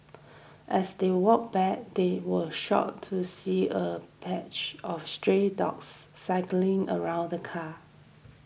as they walked back they were shocked to see a patch of stray dogs circling around the car